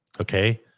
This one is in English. Okay